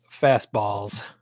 fastballs